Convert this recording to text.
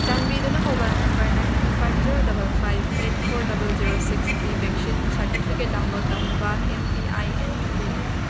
ꯆꯥꯟꯕꯤꯗꯨꯅ mobile number nine two five zero double five eight four double zero ꯁꯤꯛꯁꯀꯤ vaccine certificate download ꯇꯧꯅꯕ M P I N ꯅꯝꯕꯤꯌꯨ